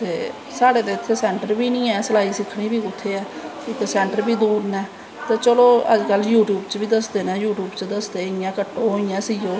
ते साढ़े ते इत्थें सैंटर बी नी ऐ सलाई सिक्खनीं बी कुत्थें ऐ इत्थें सैंटर बी दूर नै ते चलो अज्ज कल यूटयूब पर बी दसदे नै यूटयूब पर ओह् इयां सियो